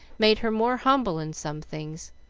made her more humble in some things,